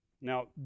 Now